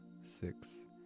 six